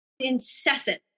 incessant